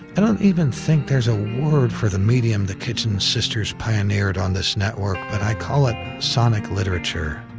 and i don't even think there's a word for the medium the kitchen sisters pioneered on this network, but i call it sonic literature.